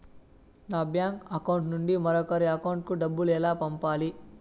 నా bank account నుండి మరొకరి అకౌంట్ కు డబ్బులు ఎలా పంపాలి